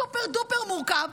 סופר-דופר-מורכב,